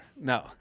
No